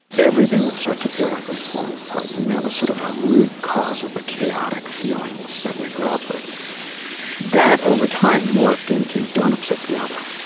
everything would start to feel like it was falling apart. and that was sort of a root cause of the chaotic feelings that we grew up with that, over time, morphed into, don't upset the other.